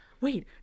wait